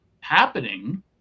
happening